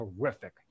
terrific